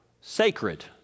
sacred